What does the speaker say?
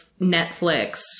Netflix